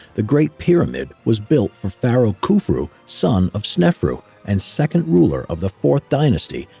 the great pyramid was built for pharaoh khufu, son of sneferu and second ruler of the fourth dynasty,